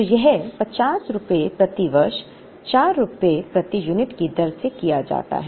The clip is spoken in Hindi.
तो यह 50 रुपये प्रति वर्ष 4 रुपये प्रति यूनिट की दर से किया जाता है